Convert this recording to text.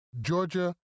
Georgia